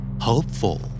Hopeful